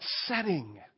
setting